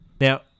Now